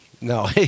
No